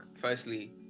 firstly